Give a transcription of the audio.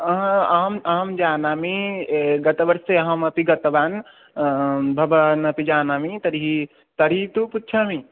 अह अहं अहं जानामि गतवर्षे अहमपि गतवान् भवान् अपि जानामि तर्हि तर्हि तु पृच्छामि